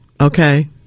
okay